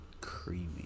creamy